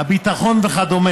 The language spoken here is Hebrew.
הביטחון וכו'.